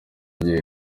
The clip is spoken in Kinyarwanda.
gihe